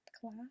class